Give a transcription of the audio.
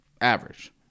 average